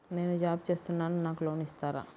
నేను జాబ్ చేస్తున్నాను నాకు లోన్ ఇస్తారా?